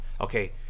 okay